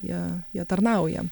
jie jie tarnauja